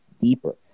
deeper